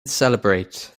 celebrate